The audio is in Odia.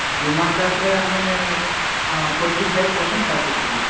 ବୀମା କାର୍ଡ୍ରେ ଆମେ ଫର୍ଟି ଫାଇଭ୍ ପରସେଣ୍ଟ୍ କାଟୁଛୁ